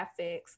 graphics